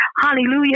Hallelujah